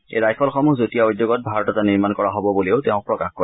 এই ৰাইফলসমূহ যুটীয়া উদ্যোগত ভাৰততে নিৰ্মাণ কৰা হ'ব বুলিও তেওঁ প্ৰকাশ কৰে